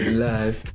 live